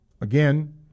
again